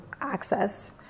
access